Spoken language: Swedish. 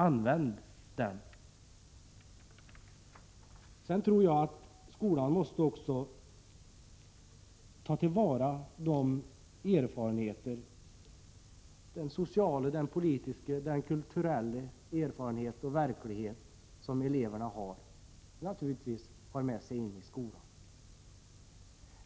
Använd den! Sedan tror jag också att skolan måste ta till vara den sociala, politiska och kulturella erfarenhet av verkligheten som eleverna naturligtvis har med sig in i skolan.